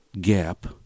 gap